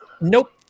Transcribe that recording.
Nope